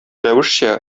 рәвешчә